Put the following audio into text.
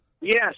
Yes